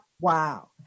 Wow